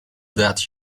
that